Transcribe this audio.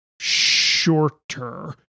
shorter